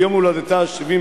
ביום הולדתה ה-70,